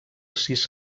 sis